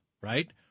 right